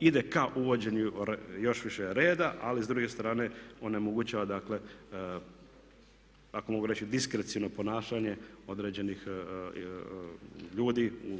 ide ka uvođenju još više reda. Ali s druge strane onemogućava dakle ako mogu reći diskreciono ponašanje određenih ljudi u